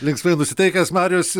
linksmai nusiteikęs marijus